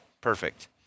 perfect